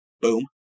Boom